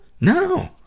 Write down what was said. No